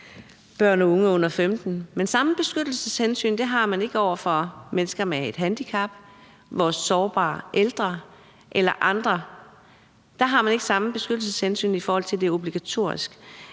børn og unge under 15 år, men samme beskyttelseshensyn har man ikke over for mennesker med handicap, vores sårbare ældre eller andre. Der har man ikke samme beskyttelseshensyn, i forhold til at det er obligatorisk.